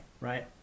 Right